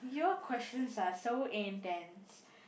your questions are so intense